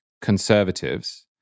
conservatives